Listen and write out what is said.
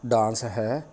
dance ਹੈ